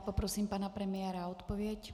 Poprosím pana premiéra o odpověď.